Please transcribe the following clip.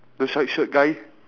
the stripe shirt guy